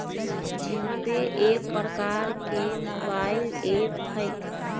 GPay एक प्रकार के मोबाइल ऐप हइ